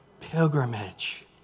Pilgrimage